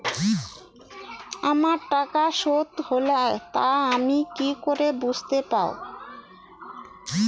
আমার টাকা শোধ হলে তা আমি কি করে বুঝতে পা?